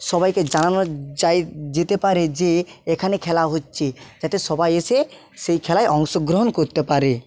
সবাইকে জানানো যায় যেতে পারে যে এখানে খেলা হচ্ছে যাতে সবাই এসে সেই খেলায় অংশগ্রহণ করতে পারে